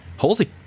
Halsey